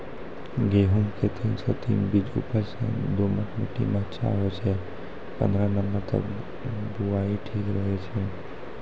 गेहूँम के तीन सौ तीन बीज उपज मे दोमट मिट्टी मे अच्छा होय छै, पन्द्रह नवंबर तक बुआई ठीक रहै छै